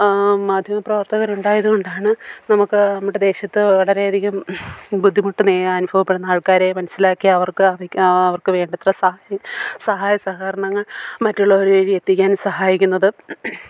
മാധ്യമപ്രവർത്തകര് ഉണ്ടതുകൊണ്ട് ആണ് നമുക്ക് നമ്മുടെ ദേശത്ത് വളരെയധികം ബുദ്ധിമുട്ട് അനുഭവപ്പെടുന്ന ആൾക്കാരെ മനസ്സിലാക്കി അവർക്ക് അർഹിക്കുന്ന അവർക്ക് വേണ്ടത്ര സഹായം സഹായ സഹകരങ്ങൾ മറ്റുള്ളവർ വഴി എത്തിക്കാൻ സഹായിക്കുന്നത്